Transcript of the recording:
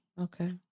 okay